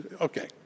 okay